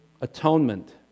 Atonement